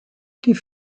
die